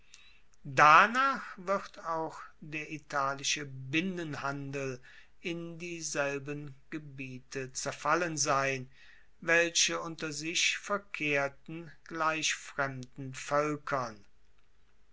danach wird auch der italische binnenhandel in dieselben gebiete zerfallen sein welche unter sich verkehrten gleich fremden voelkern